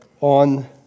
on